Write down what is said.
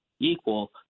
equal